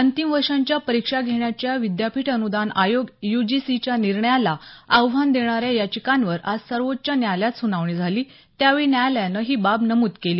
अंतिम वर्षांच्या परीक्षा घेण्याच्या विद्यापीठ अनुदान आयोग यूजीसीच्या निर्णयाला आव्हान देणाऱ्या याचिकांवर आज सर्वोच्च न्यायलयात सुनावणी झाली त्यावेळी न्यायालयानं ही बाब नमूद केली